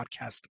podcast